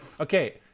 Okay